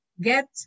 Get